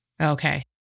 okay